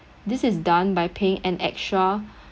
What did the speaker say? this is done by paying an extra